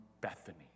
bethany